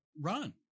run